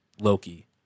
Loki